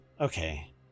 okay